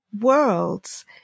worlds